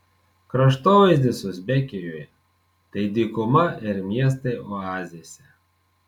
kraštovaizdis uzbekijoje tai dykuma ir miestai oazėse